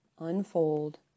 unfold